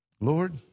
Lord